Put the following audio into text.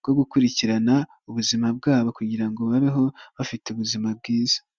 bwo gukurikirana ubuzima bwabo kugira ngo babeho, bafite ubuzima bwiza.